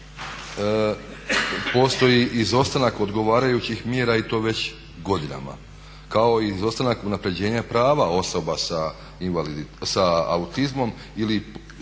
postoji izostanak odgovarajućih mjera i to već godinama kao i izostanak unapređenja prava osoba sa autizmom ili